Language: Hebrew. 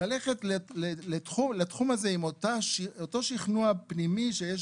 ללכת לתחום הזה עם אותו שכנוע פנימי שיש